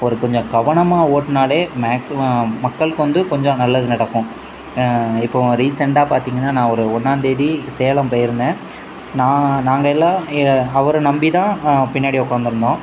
ஒரு கொஞ்சம் கவனமாக ஓட்டினாலே மேக்சிமம் மக்களுக்கு வந்து கொஞ்சம் நல்லது நடக்கும் இப்போது ரீசன்ட்டாக பார்த்தீங்கனா நான் ஒரு ஒன்றாந்தேதி சேலம் போயிருந்தேன் நான் நாங்கள் எல்லாம் அவரை நம்பிதான் பின்னாடி உக்காந்திருந்தோம்